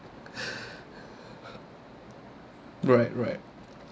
right right